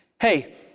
Hey